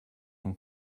from